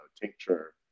tincture